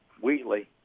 wheatley